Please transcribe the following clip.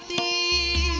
e